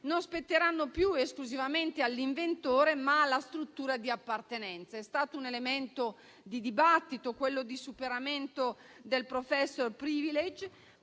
non spetteranno più esclusivamente all'inventore, ma alla struttura di appartenenza; è stato un elemento di dibattito, quello del superamento del *professor's privilege*,